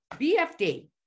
BFD